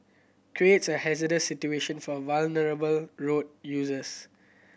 creates a hazardous situation for vulnerable road users